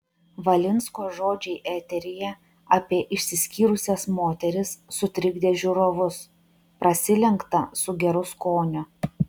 valinsko žodžiai eteryje apie išsiskyrusias moteris sutrikdė žiūrovus prasilenkta su geru skoniu